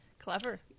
clever